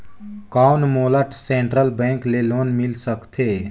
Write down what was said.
कौन मोला Central Bank ले लोन मिल सकथे?